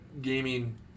gaming